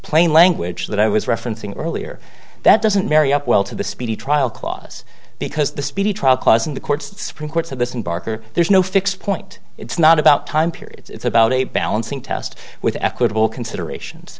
plain language that i was referencing earlier that doesn't marry up well to the speedy trial clause because the speedy trial causing the courts supreme court said this in barker there's no fixed point it's not about time period it's about a balancing test with equitable considerations